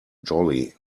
jolly